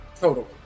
total